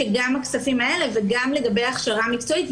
שגם הכספים האלה וגם מה שקשור להכשרה מקצועית,